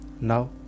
Now